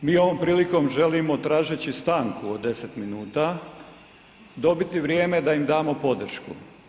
Mi ovom prilikom želimo, tražeći stanku od 10 minuta dobiti vrijeme da im damo podršku.